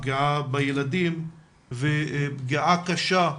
פגיעה בילדים ופגיעה קשה,